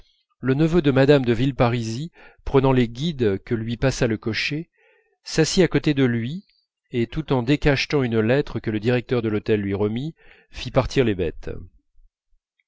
le neveu de mme de villeparisis prenant les guides que lui passa le cocher s'assit à côté de lui et tout en décachetant une lettre que le directeur de l'hôtel lui remit fit partir les bêtes